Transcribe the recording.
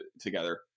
together